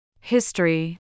History